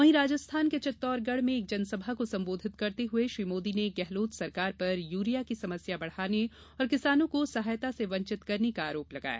वहीं राजस्थान के चित्तौड़गढ़ में एक जनसभा को संबोधित करते हुए श्री मोदी ने गहलोत सरकार पर यूरिया की समस्या बढ़ाने और किसानों को सहायता से वंचित करने का आरोप लगाया